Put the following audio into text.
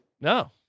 no